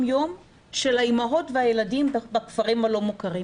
יום של האימהות והילדים בכפרים הלא מוכרים.